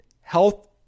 health